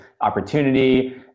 opportunity